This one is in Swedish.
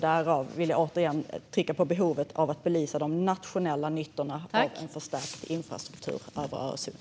Därför vill jag återigen trycka på behovet av att belysa de nationella nyttorna av en förstärkt infrastruktur över Öresund.